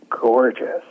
gorgeous